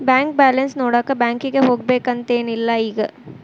bank balance ನೋಡಾಕ ಬ್ಯಾಂಕಿಗೆ ಹೋಗ್ಬೇಕಂತೆನ್ ಇಲ್ಲ ಈಗ